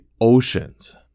oceans